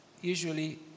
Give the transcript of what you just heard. usually